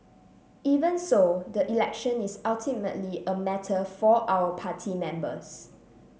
even so the election is ultimately a matter for our party members